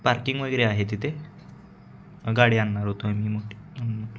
parking वगैरे आहे तिथे गाडी आणणार होतो मी मोठी